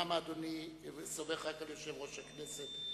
למה אדוני סומך רק על יושב-ראש הכנסת,